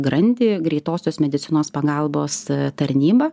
grandį greitosios medicinos pagalbos tarnyba